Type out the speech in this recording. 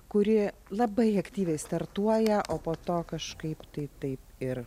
kuri labai aktyviai startuoja o po to kažkaip tai taip ir